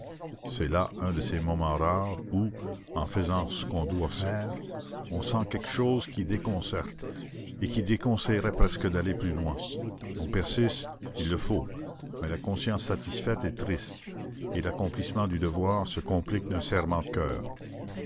c'est là un de ces moments rares où en faisant ce qu'on doit faire on sent quelque chose qui déconcerte et qui déconseillerait presque d'aller plus loin on persiste il le faut mais la conscience satisfaite est triste et l'accomplissement du devoir se complique d'un serrement de coeur